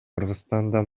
кыргызстанда